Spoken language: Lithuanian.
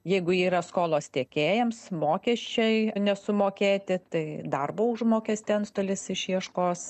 jeigu yra skolos tiekėjams mokesčiai nesumokėti tai darbo užmokestį antstolis išieškos